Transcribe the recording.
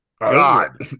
God